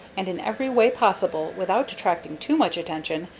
and in every way possible, without attracting too much attention,